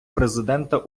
президента